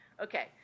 Okay